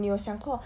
你有想过